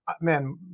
Man